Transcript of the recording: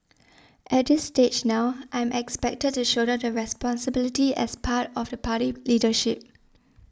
at this stage now I'm expected to shoulder the responsibility as part of the party leadership